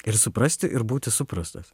ir suprasti ir būti suprastas